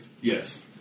Yes